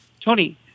Tony